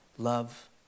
Love